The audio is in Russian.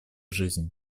жизнь